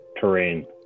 terrain